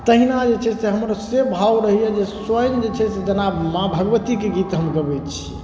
तहिना जे छै से हमरो से भाव रहैए जे स्वयं जे छै से जेना माँ भगवतीके गीत हम गबै छी